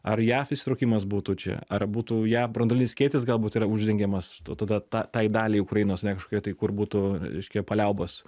ar jav įsitraukimas būtų čia ar būtų jav branduolinis skėtis galbūt yra uždengiamas tada ta tai daliai ukrainos ane kažkokiai tai kur būtų reiškia paliaubos